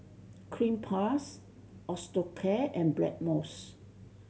Cleanz Plus Osteocare and Blackmores